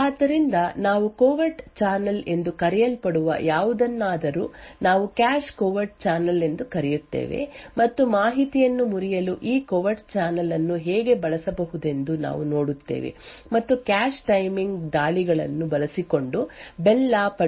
ಆದ್ದರಿಂದ ನಾವು covert channel ಎಂದು ಕರೆಯಲ್ಪಡುವ ಯಾವುದನ್ನಾದರೂ ನಾವು ಕ್ಯಾಶ್ ಕವರ್ಟ್ ಚಾನಲ್ ಎಂದು ಕರೆಯುತ್ತೇವೆ ಮತ್ತು ಮಾಹಿತಿಯನ್ನು ಮುರಿಯಲು ಈ ಕವರ್ಟ್ ಚಾನಲ್ ಅನ್ನು ಹೇಗೆ ಬಳಸಬಹುದೆಂದು ನಾವು ನೋಡುತ್ತೇವೆ ಮತ್ತು ಕ್ಯಾಶ್ ಟೈಮಿಂಗ್ ದಾಳಿಗಳನ್ನು ಬಳಸಿಕೊಂಡು ಬೆಲ್ ಲಾ ಪಡುಲಾ ಮಾದರಿಯಂತಹ ಯೋಜನೆಗಳನ್ನು ಹೇಗೆ ಮುರಿಯಬಹುದು ಎಂಬುದನ್ನು ನಾವು ನೋಡುತ್ತೇವೆ